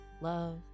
love